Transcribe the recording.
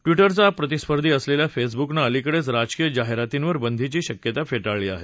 ट्वीटरचा प्रतिस्पर्धी असलेल्या फेसबुकनं अलीकडेच राजकीय जाहिरातींवर बंदीची शक्यता फेटाळली आहे